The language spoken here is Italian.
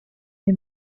dei